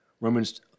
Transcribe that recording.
Romans